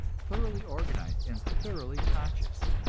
thoroughly organized, and thoroughly conscious.